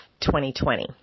2020